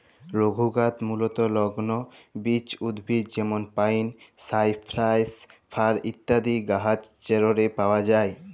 লঘুকাঠ মূলতঃ লগ্ল বিচ উদ্ভিদ যেমল পাইল, সাইপ্রাস, ফার ইত্যাদি গাহাচেরলে পাউয়া যায়